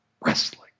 wrestling